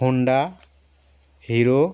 Honda hero